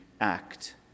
act